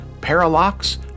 Parallax